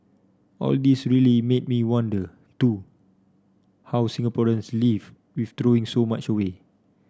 all this really made me wonder too how Singaporeans live with throwing so much away